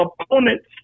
opponent's